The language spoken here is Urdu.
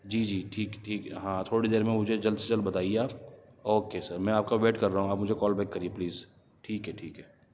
جی جی ٹھیک ٹھیک ہاں تھوڑی دیر میں مجھے جلد سے جلد بتائیے آپ اوکے سر میں آپ کا ویٹ کر رہا ہوں آپ مجھے کال بیک کریے پلیز ٹھیک ہے ٹھیک ہے